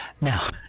Now